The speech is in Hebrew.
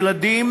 ילדים,